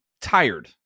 tired